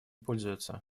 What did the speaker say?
пользуются